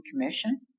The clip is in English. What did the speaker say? commission